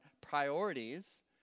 priorities